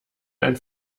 ein